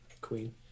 Queen